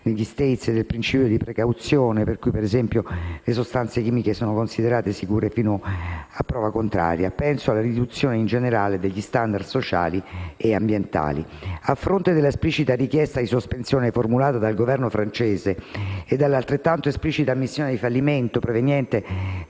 negli Stati Uniti del principio di precauzione per cui, per esempio, le sostanze chimiche sono considerate sicure fino a prova contraria; penso alla riduzione in generale degli *standard* sociali ed ambientali. A fronte dell'esplicita richiesta di sospensione formulata dal Governo francese e dell'altrettanto esplicita ammissione di fallimento proveniente